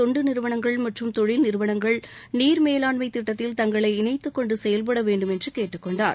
தொண்டு நிறுவளங்கள் மற்றும் தொழில் நிறுவனங்கள் நீர் மேலாண்மை திட்டத்தில் தங்களை இணைத்துக்கொண்டு செயல்பட வேண்டும் என்று கேட்டுக்கொண்டார்